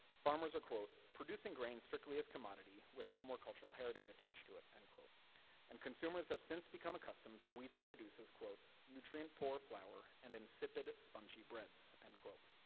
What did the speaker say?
farmers are, producing grain strictly as commodity, with no more cultural heritage attached to it, and and consumers have since become accustomed to wheat that produces, nutrient-poor flour, and insipid, spongy breads. and